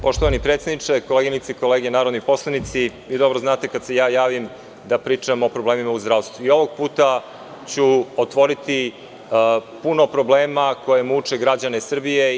Poštovani predsedniče, koleginice i kolege narodni poslanici, vi dobro znate kada se ja javim da pričam o problemima u zdravstvu, tako da ću i ovog puta otvoriti puno problema koji muče građane Srbije.